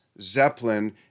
Zeppelin